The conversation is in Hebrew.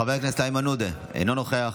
חבר הכנסת איימן עודה, אינו נוכח,